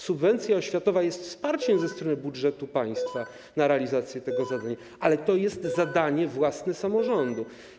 Subwencja oświatowa jest wsparciem ze strony budżetu państwa na realizację tego zadania, ale to jest zadanie własne samorządu.